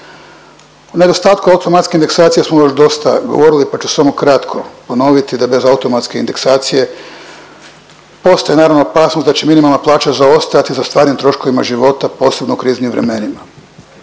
Nedostatkom automatske indeksacije smo još dosta govorili pa ću samo kratko ponoviti, da bez automatske indeksacije postoji naravno, opasnost da će minimalna plaća zaostajati za stvarnim troškovima života, posebno u kriznim vremenima,